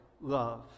love